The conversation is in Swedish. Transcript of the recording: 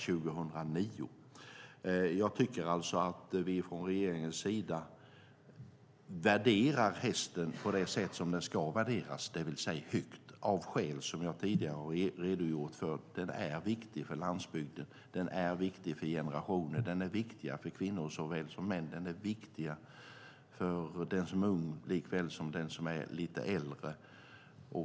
Jag tycker att vi från regeringens sida värderar hästen på det sätt som den ska värderas, det vill säga högt, av skäl som jag tidigare har redogjort för, nämligen att den är viktig för landsbygden, för såväl kvinnor som män och för den som är ung likväl för den som är lite äldre.